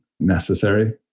Necessary